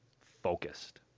focused